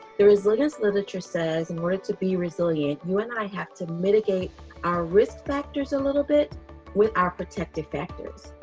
the resilience literature says in order to be resilient you and i have to mitigate our risk factors a little bit with our protective factors.